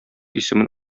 исемен